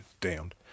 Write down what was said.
damned